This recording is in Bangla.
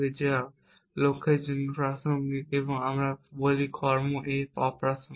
যা লক্ষ্যের জন্য প্রাসঙ্গিক তারপর আমরা বলি কর্ম A প্রাসঙ্গিক